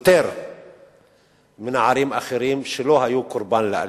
יותר מנערים אחרים, שלא היו קורבן לאלימות,